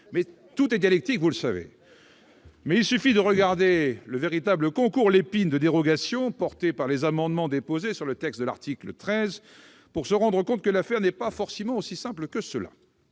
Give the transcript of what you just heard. savez, tout est dialectique, et il suffit de regarder le véritable concours Lépine de dérogations organisé par les amendements déposés sur le texte de l'article 13 pour se rendre compte que l'affaire n'est pas aussi simple que cela